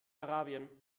arabien